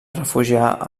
refugiar